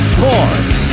Sports